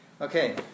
Okay